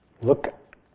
Look